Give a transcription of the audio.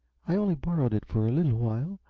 i only borrowed it for a little while.